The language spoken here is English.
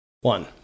One